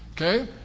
Okay